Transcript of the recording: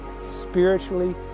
spiritually